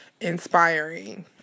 inspiring